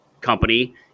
company